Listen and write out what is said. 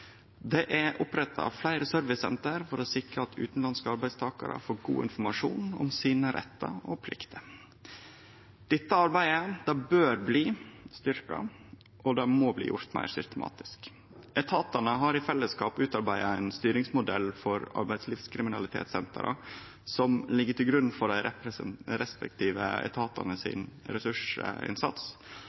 Det er oppretta fleire servicesenter for å sikre at utanlandske arbeidstakarar får god informasjon om rettane og pliktene sine. Dette arbeidet bør styrkjast, og det må gjerast meir systematisk. Etatane har i fellesskap utarbeidd ein styringsmodell for arbeidslivskriminalitetssentera, som ligg til grunn for ressursinnsatsen til dei respektive etatane.